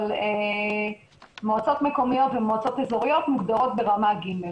אבל מועצות מקומיות ומועצות אזוריות מוגדרות ברמה ג'.